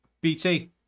BT